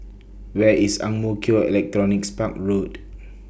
Where IS Ang Mo Kio Electronics Park Road